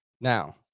Now